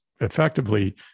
effectively